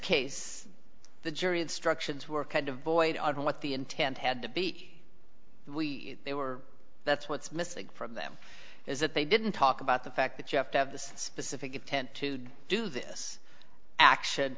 case the jury instructions were kind of void of what the intent had to be and we they were that's what's missing from them is that they didn't talk about the fact that you have to have the specific intent to do this action